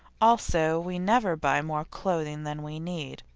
also we never buy more clothing than we need,